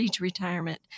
retirement